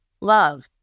love